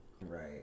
Right